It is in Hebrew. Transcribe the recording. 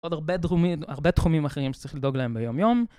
עוד הרבה תחומים אחרים שצריך לדאוג להם ביומיום.